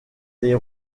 des